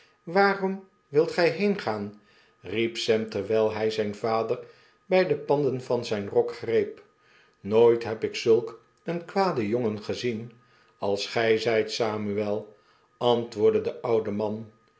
waarom wilt gg heengaan riep sam terwgl hij zgn vader bg de panden van zgn rok greep nooit heb ik zuik een kwaden jongen gezien als gg zgt samuel antwoordde de oude man